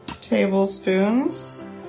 tablespoons